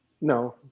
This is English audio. No